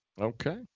Okay